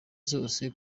zose